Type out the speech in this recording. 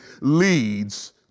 leads